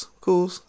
cool